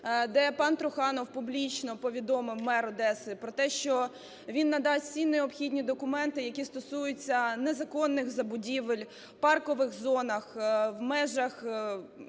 де пан Труханов публічно повідомив, мер Одеси, про те, що він надасть всі необхідні документи, які стосуються незаконних забудівель в паркових зонах, в межах